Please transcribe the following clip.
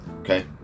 Okay